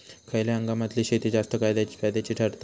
खयल्या हंगामातली शेती जास्त फायद्याची ठरता?